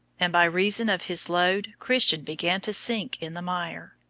and by reason of his load christian began to sink in the mire.